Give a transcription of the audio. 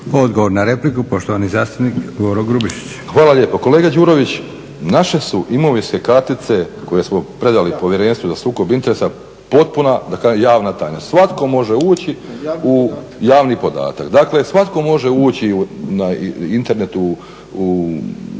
Odgovor na repliku, poštovani zastupnik Boro Grubišić. **Grubišić, Boro (HDSSB)** Hvala lijepo. Kolega Đurović, naše imovinske kartice koje smo predali Povjerenstvu za sukob interesa potpuna javna tajna, svatko može ući u javni podataka, dakle svatko može ući na internetu u